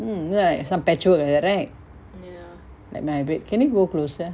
hmm look like some patch work like that right like my bed can you go closer